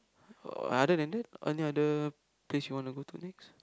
uh other than that any other plays you want to go to next